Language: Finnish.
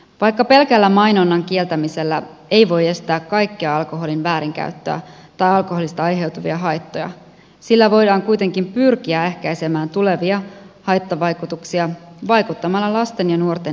vaikka pelkällä mainonnan kieltämisellä ei voi estää kaikkea alkoholin väärinkäyttöä tai alkoholista aiheutuvia haittoja sillä voidaan kuitenkin pyrkiä ehkäisemään tulevia haittavaikutuksia vaikuttamalla lasten ja nuorten mielikuviin alkoholista